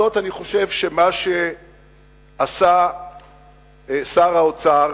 מבחינה זו אני חושב שמה שעשה שר האוצר